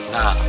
Nah